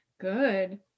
Good